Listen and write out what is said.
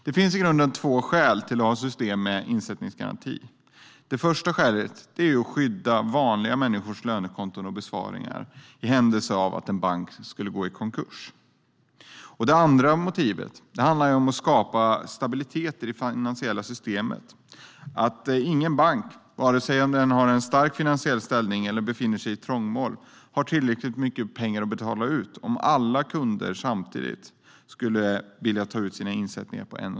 Det finns i grunden två skäl till att ha system med insättningsgaranti. Det första skälet är att skydda vanliga människors lönekonton och besparingar i händelse av att en bank skulle gå i konkurs. Det andra skälet är att skapa stabilitet i det finansiella systemet. Ingen bank, vare sig om den har en stark finansiell ställning eller befinner sig i trångmål, har tillräckligt mycket pengar att betala ut om alla kunder samtidigt skulle vilja ta ut sina insättningar.